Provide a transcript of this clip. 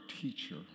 teacher